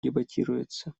дебатируется